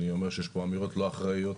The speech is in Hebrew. אני אומר שיש פה אמירות לא אחראיות,